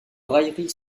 railleries